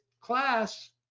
class